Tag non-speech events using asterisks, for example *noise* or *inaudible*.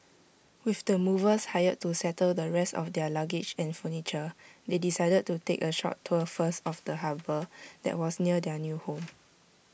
with the movers hired to settle the rest of their luggage and furniture they decided to *noise* take A short tour first of the harbour that was near their new home